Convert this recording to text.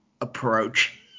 approach